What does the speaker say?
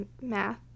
math